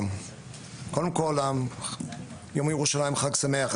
קודם כל יום ירושלים חג שמח.